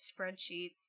spreadsheets